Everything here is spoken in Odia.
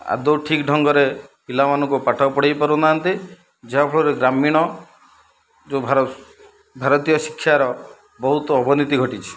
ଆଦୌ ଠିକ୍ ଢଙ୍ଗରେ ପିଲାମାନଙ୍କୁ ପାଠ ପଢ଼ାଇ ପାରୁନାହାନ୍ତି ଯାହାଫଳରେ ଗ୍ରାମୀଣ ଯେଉଁ ଭାରତୀୟ ଶିକ୍ଷାର ବହୁତ ଅବନତି ଘଟିଛି